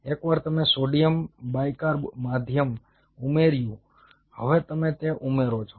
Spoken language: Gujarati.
એકવાર તમે સોડિયમ બાયકાર્બ માધ્યમ ઉમેર્યું હવે તમે તે ઉમેરો છો